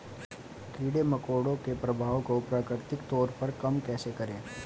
कीड़े मकोड़ों के प्रभाव को प्राकृतिक तौर पर कम कैसे करें?